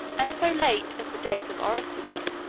and so late as the days of orosius,